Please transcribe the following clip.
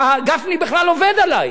גפני בכלל עובד עלייך,